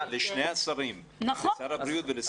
לשני השרים - לשר החינוך ולשר הבריאות.